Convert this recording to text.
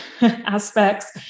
aspects